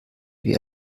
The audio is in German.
wie